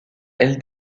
elle